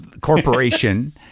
Corporation